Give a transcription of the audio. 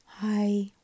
Hi